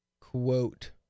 quote